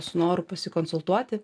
su noru pasikonsultuoti